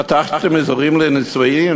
פתחתם אזורים לנישואין?